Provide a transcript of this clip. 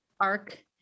arc